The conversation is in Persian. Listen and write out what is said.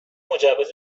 مجوز